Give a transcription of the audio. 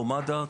לא מד"א.